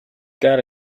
got